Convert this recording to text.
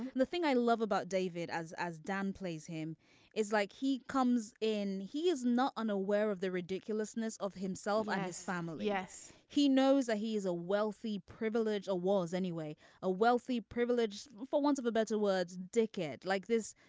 the thing i love about david as as dan plays him is like he comes in. he is not unaware of the ridiculousness of himself and his family. yes he knows he is a wealthy privilege or was anyway a wealthy privileged for want of a better word dickhead. like this.